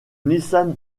nissan